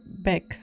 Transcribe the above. back